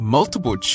Multiple